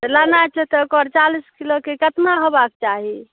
लेनाइ छै तऽ ओकर चालिस किलोके कतना होबाके चाही